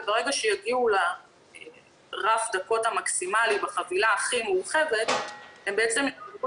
ברגע שיגיעו לרף הדקות המקסימלי בחבילה הכי מורחבת הם יצטרכו